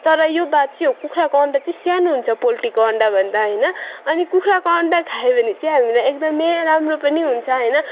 तर यो बात चाहिँ हो कुखुराको अन्डा चाहिँ सानो हुन्छ पोल्ट्रीको अन्डाभन्दा होइन अनि कुखुराको अन्डा खायो भने चाहिँ हामीलाई एकदमै राम्रो पनि हुन्छ होइन